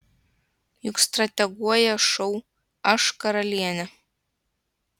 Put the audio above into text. juk strateguoja šou aš karalienė